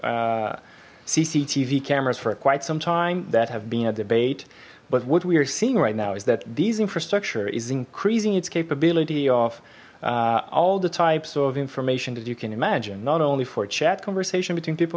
cctv cameras for quite some time that have been a debate but what we are seeing right now is that these infrastructure is increasing its capability of all the types of information that you can imagine not only for chad conversation between people